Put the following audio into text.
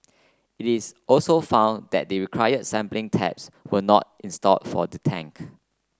it is also found that the required sampling taps were not installed for the tank